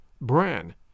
Bran